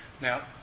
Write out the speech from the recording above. Now